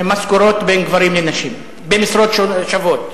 במשכורות בין גברים לנשים במשרות שוות.